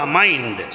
mind